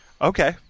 okay